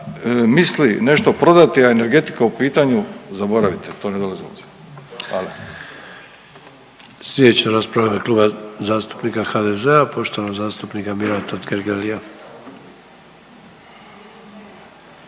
misli nešto prodati, a energetika je u pitanju, zaboravite, to ne dolazi u obzir, hvala.